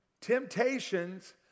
Temptations